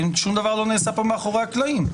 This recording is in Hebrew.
שום דבר לא נעשה כאן מאחורי הקלעים.